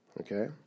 Okay